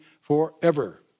forever